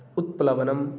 उत्प्लवनम्